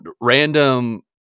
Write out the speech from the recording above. random